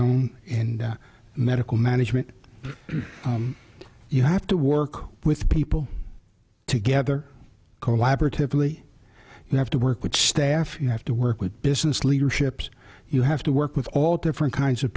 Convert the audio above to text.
own and medical management you have to work with people together collaboratively you have to work with staff you have to work with business leadership you have to work with all different kinds of